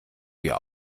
dir